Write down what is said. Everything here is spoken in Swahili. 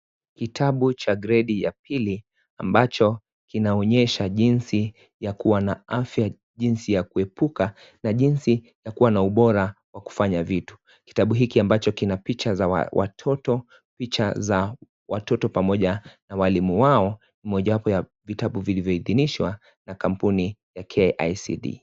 Kitabu cha grade ya pili, ambacho kinaonyesha jinsi ya kua na afya, jinsi ya kuebuka na jinsi ya kuwa na ubora wa kufanya vitu. Kitabu hiki ambacho kina picha za watoto ,picha za watoto pamoja na walimu wao, mojawapo ya vitabu vilivyoidhinishwa na kampuni ya KICD .